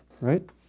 right